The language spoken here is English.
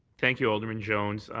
thank you, alderman jones.